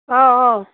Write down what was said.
ꯑꯧ ꯑꯧ